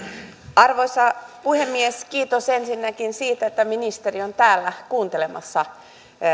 arvoisa puhemies kiitos ensinnäkin siitä että ministeri on täällä kuuntelemassa